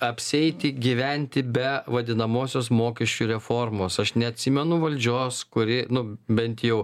apsieiti gyventi be vadinamosios mokesčių reformos aš neatsimenu valdžios kuri nu bent jau